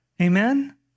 Amen